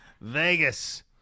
Vegas